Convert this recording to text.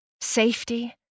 safety